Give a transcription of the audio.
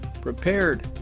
prepared